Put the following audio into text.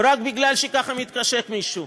רק בגלל שככה מתחשק למישהו,